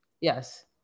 yes